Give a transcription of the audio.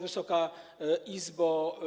Wysoka Izbo!